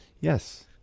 yes